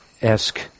esque